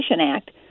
Act